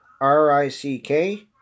R-I-C-K